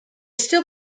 still